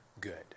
good